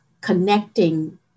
connecting